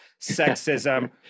sexism